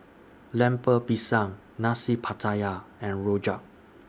Lemper Pisang Nasi Pattaya and Rojak